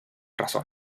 razón